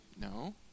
No